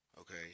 okay